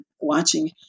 watching